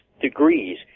degrees